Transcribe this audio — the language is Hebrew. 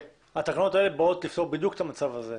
התקנות האלה באות לפתור בדיוק את המצב הזה.